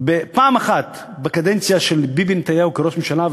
פעם אחת בקדנציה של ביבי נתניהו כראש ממשלה,